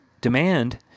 demand